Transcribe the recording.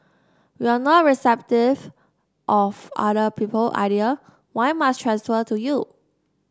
you are not receptive of other people idea why must transfer to you